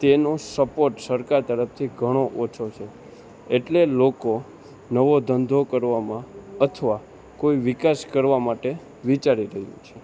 તેનો સપોર્ટ સરકાર તરફથી ઘણો ઓછો છે એટલે લોકો નવો ધંધો કરવામાં અથવા કોઈ વિકાસ કરવા માટે વિચારી રહ્યું છે